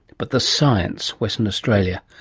but the science western australia.